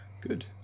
Good